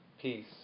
peace